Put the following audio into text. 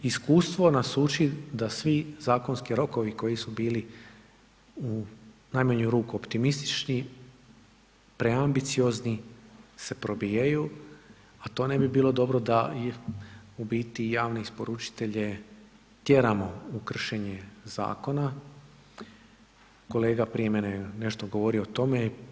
Iskustvo nas uči da svi zakonski rokovi koji su bili u najmanju ruku optimistični, preambiciozni se probijaju, a to ne bi bilo dobro da u biti javne isporučitelje tjeramo u kršenje zakona, kolega prije mene je nešto govorio o tome.